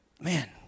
man